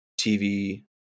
TV